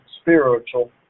spiritual